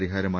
പരിഹാരമായി